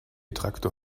traktor